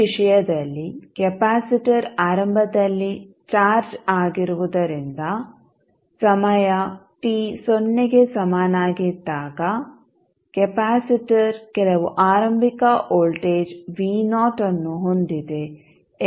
ಈ ವಿಷಯದಲ್ಲಿ ಕೆಪಾಸಿಟರ್ ಆರಂಭದಲ್ಲಿ ಚಾರ್ಜ್ ಆಗಿರುವುದರಿಂದ ಸಮಯ t ಸೊನ್ನೆಗೆ ಸಮನಾಗಿದ್ದಾಗ ಕೆಪಾಸಿಟರ್ ಕೆಲವು ಆರಂಭಿಕ ವೋಲ್ಟೇಜ್ ಅನ್ನು ಹೊಂದಿದೆ ಎಂದು ನಾವು ಊಹಿಸಬಹುದು